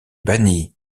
banni